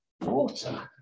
water